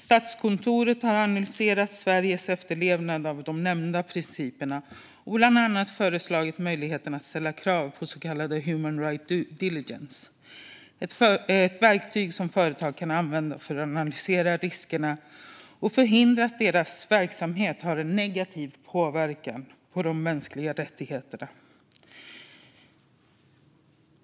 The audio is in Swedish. Statskontoret har analyserat Sveriges efterlevnad av de nämnda principerna och bland annat föreslagit möjligheten att ställa krav på så kallad human rights due diligence - ett verktyg som företag kan använda för att analysera riskerna och förhindra att deras verksamhet får en negativ påverkan på de mänskliga rättigheterna.